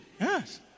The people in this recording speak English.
Yes